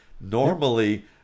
Normally